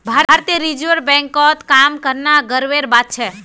भारतीय रिजर्व बैंकत काम करना गर्वेर बात छेक